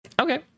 Okay